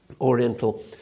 oriental